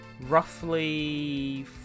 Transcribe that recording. roughly